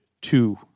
two